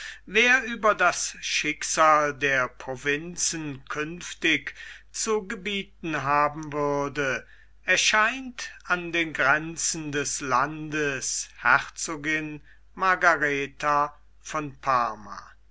wer über das schicksal der provinzen künftig zu gebieten haben würde erscheint an den grenzen des landes herzogin margaretha von parma